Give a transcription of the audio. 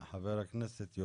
חבר הכנסת,